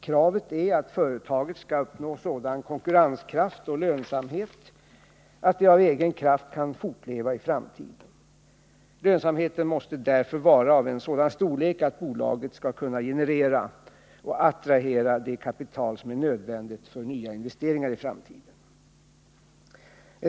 Kravet är att företaget skall uppnå sådan konkurrenskraft och lönsamhet att det av egen kraft kan fortleva i framtiden. Lönsamheten måste därför vara av en sådan storlek att bolaget skall kunna generera och attrahera det kapital som är nödvändigt för nya investeringar i framtiden.